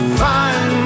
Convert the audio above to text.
find